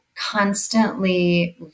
constantly